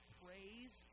praise